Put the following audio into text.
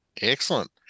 Excellent